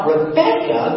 Rebecca